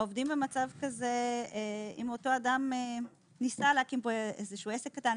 עובדים במצב ככזה אם אותו אדם ניסה להקים עסק קטן,